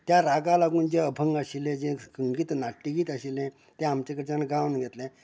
त्या रागाक लागून जें अभंग आशील्ले जें संगीत नाट्यगीत आशिल्लें तें आमचें कडच्यान गावन घेतलें